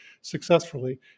successfully